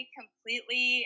completely